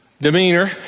demeanor